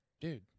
Dude